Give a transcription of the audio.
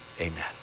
amen